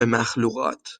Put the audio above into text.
مخلوقات